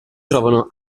trovano